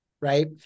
right